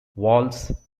walls